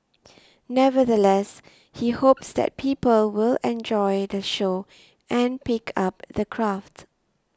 nevertheless he hopes that people will enjoy the show and pick up the craft